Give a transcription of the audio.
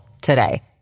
today